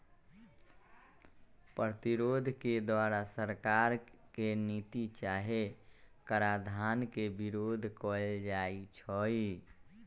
प्रतिरोध के द्वारा सरकार के नीति चाहे कराधान के विरोध कएल जाइ छइ